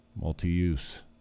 multi-use